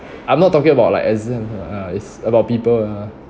I'm not talking about like exam ah it's about people ah